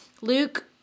Luke